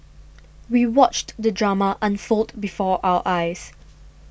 we watched the drama unfold before our eyes